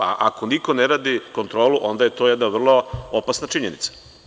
Ako, niko ne radi kontrolu, onda je to jedna vrlo opasna činjenica.